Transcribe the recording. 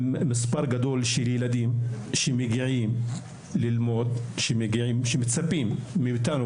מספר גדול של ילדים שמגיעים ללמוד; שמצפים מאיתנו,